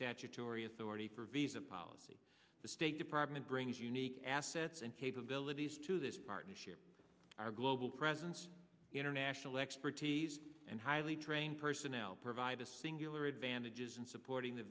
statutory authority for visa policy the state department brings unique assets and capabilities to this partnership our global presence international expertise and highly trained personnel provide a singular advantages in supporting the